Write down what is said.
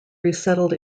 resettled